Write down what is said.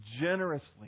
generously